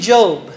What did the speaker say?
Job